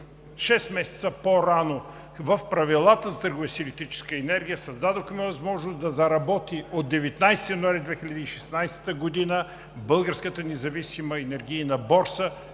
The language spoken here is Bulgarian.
месеца по-рано в Правилата за търговия с електрическа енергия, създадоха възможност да заработи от 19 януари 2016 г. Българската независима енергийна борса